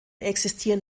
existieren